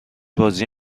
بازی